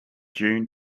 june